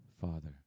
Father